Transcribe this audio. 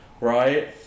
right